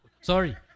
Sorry